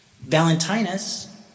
Valentinus